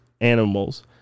animals